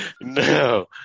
no